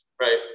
right